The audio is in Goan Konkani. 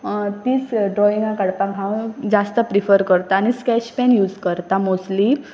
तीच ड्रॉइंगां काडपाक हांव जास्त प्रिफर करतां आनी स्कॅच पेन यूज करता मोस्टली